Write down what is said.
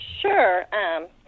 Sure